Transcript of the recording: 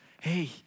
hey